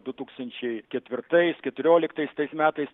du tūkstančiai ketvirtais keturioliktais tais metais